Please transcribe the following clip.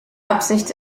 absicht